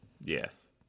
yes